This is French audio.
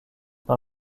dans